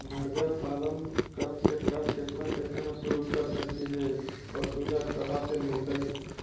मरगा पालन कम से कम केतना पैसा में शुरू कर सकली हे और चुजा कहा से मिलतै?